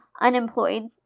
unemployed